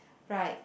right